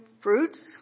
fruits